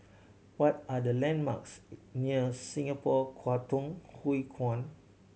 what are the landmarks near Singapore Kwangtung Hui Kuan